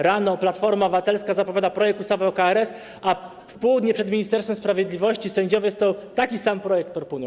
Rano Platforma Obywatelska zapowiada projekt ustawy o KRS, a w południe przed Ministerstwem Sprawiedliwości sędziowie taki sam projekt proponują.